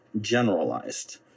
generalized